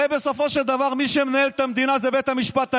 הרי בסופו של דבר מי שמנהל את המדינה זה בית המשפט העליון.